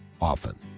often